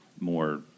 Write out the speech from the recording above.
more